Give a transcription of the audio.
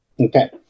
Okay